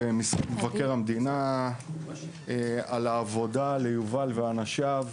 מבקר המדינה על העבודה, ליובל ולאנשיו,